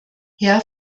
herr